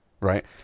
right